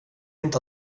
inte